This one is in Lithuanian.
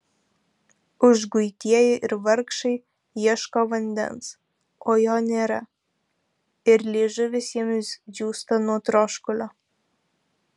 užguitieji ir vargšai ieško vandens o jo nėra ir liežuvis jiems džiūsta nuo troškulio